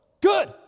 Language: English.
good